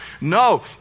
No